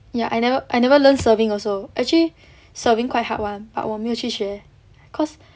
ya I never I never learn serving also actually serving quite hard [one] but 我没有去学 cause